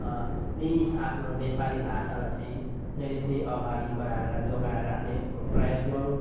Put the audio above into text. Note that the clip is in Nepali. प्लिज आफ्नो नेपाली भाषालाई चाहिँ जहिले पनि अगाडि बढाएर जोगाएर राख्ने प्रयास गरौँ